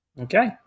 Okay